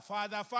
Father